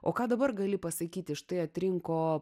o ką dabar gali pasakyti štai atrinko